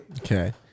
Okay